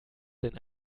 denn